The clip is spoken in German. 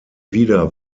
wieder